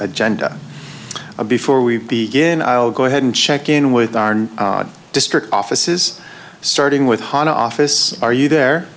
agenda before we began i'll go ahead and check in with our new district offices starting with hot office are you there